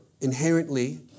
inherently